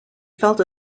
felt